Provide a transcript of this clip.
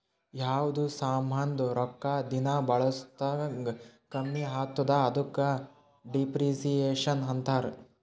ಯಾವ್ದು ಸಾಮಾಂದ್ ರೊಕ್ಕಾ ದಿನಾ ಬಳುಸ್ದಂಗ್ ಕಮ್ಮಿ ಆತ್ತುದ ಅದುಕ ಡಿಪ್ರಿಸಿಯೇಷನ್ ಅಂತಾರ್